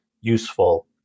useful